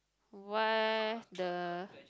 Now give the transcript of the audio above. why the